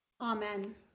Amen